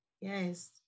Yes